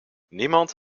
niemand